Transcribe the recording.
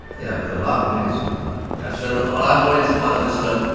yeah, but the live audience wouldn't know. that's true. the live audience might've just heard.